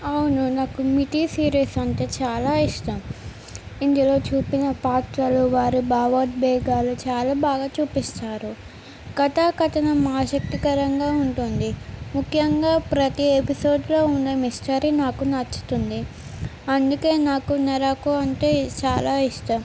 అవును నాకు myth series అంటే చాలా ఇష్టం ఇందులో చూపిన పాత్రలు వారు భావోద్వేగాలు చాలా బాగా చూపిస్తారు కథాకథనం ఆశక్తికరంగా ఉంటుంది ముఖ్యంగా ప్రతి ఎపిసోడ్లో ఉన్న మిస్టరీ నాకు నచ్చుతుంది అందుకే నాకు నరకో అంటే చాలా ఇష్టం